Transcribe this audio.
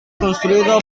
construido